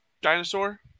dinosaur